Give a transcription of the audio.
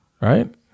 right